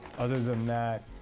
other than that,